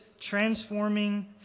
transforming